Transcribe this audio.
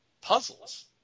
puzzles